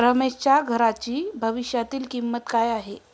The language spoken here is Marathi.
रमेशच्या घराची भविष्यातील किंमत काय आहे?